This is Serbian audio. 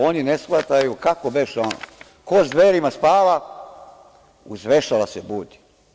Oni ne shvataju, kako beše ono – ko sa zverima spava, uz vešala se budi.